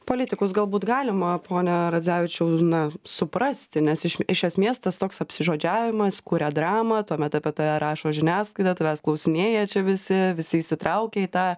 politikus galbūt galima pone radzevičiau na suprasti nes iš esmės tas toks apsižodžiavimas kuria dramą tuomet apie tave rašo žiniasklaida tavęs klausinėja čia visi visi įsitraukia į tą